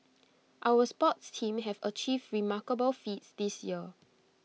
our sports teams have achieved remarkable feats this year